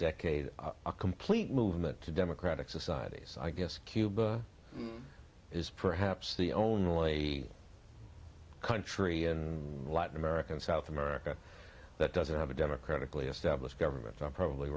decade a complete movement to democratic societies i guess cuba is perhaps the only country in latin america in south america that doesn't have a democratically established government so i'm probably